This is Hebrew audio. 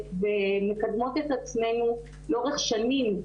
ומקדמות את עצמנו לאורך שנים,